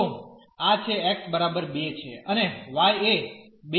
તો આ છે x બરાબર 2 છે અને y એ 2 x છે